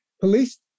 police